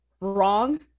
wrong